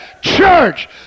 church